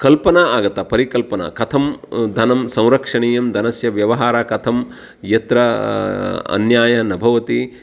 कल्पना आगता परिकल्पना कथं धनं संरक्षणीयं धनस्य व्यवहारः कथं यत्र अन्यायः न भवति